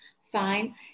fine